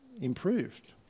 improved